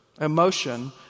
Emotion